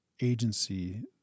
agency